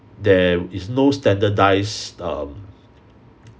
there is no standardised um